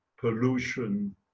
pollution